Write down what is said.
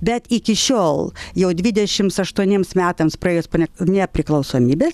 bet iki šiol jau dvidešims aštuoniems metams praėjus po ne nepriklausomybės